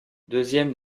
deuxième